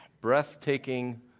breathtaking